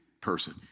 person